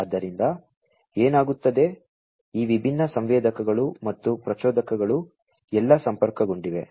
ಆದ್ದರಿಂದ ಏನಾಗುತ್ತದೆ ಈ ವಿಭಿನ್ನ ಸಂವೇದಕಗಳು ಮತ್ತು ಪ್ರಚೋದಕಗಳು ಎಲ್ಲಾ ಸಂಪರ್ಕಗೊಂಡಿವೆ